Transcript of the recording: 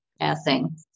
passing